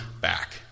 back